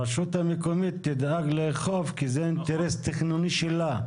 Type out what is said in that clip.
הרשות המקומית תדאג לאכוף כי זה אינטרס תכנוני שלה.